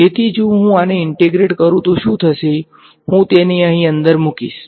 તેથી જો હું આને ઈંટેગ્રેટ કરું તો શું થશે હું તેને અહીં અંદર મૂકીશ